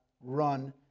Run